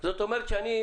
זה אומר שאין מה לעשות,